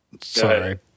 Sorry